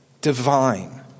Divine